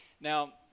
Now